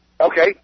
Okay